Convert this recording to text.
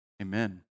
Amen